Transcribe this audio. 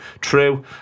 true